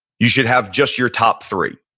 you should have just your top three.